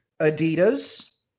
Adidas